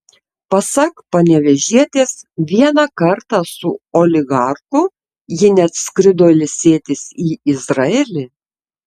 pasak panevėžietės vieną kartą su oligarchu ji net skrido ilsėtis į izraelį